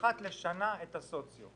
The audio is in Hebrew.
אחת לשנה את הסוציו.